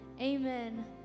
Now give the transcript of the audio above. amen